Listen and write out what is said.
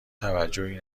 توجهی